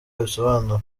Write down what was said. abisobanura